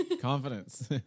Confidence